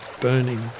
burning